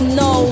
no